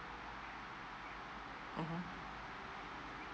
mmhmm